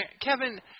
Kevin